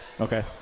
Okay